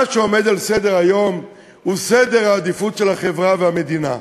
מה שעומד על סדר-היום הוא סדר עדיפויות של החברה והמדינה.